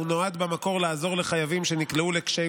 הוא נועד במקור לעזור לחייבים שנקלעו לקשיים